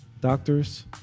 doctors